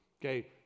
okay